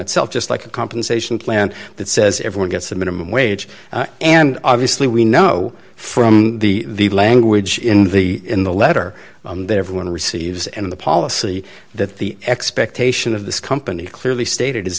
itself just like a compensation plan that says everyone gets a minimum wage and obviously we know from the language in the in the letter that everyone receives and the policy that the expectation of this company clearly stated is